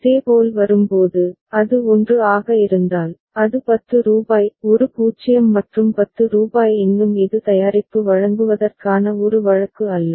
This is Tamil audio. இதேபோல் வரும்போது அது 1 ஆக இருந்தால் அது 10 ரூபாய் ஒரு 0 மற்றும் ரூபாய் 10 இன்னும் இது தயாரிப்பு வழங்குவதற்கான ஒரு வழக்கு அல்ல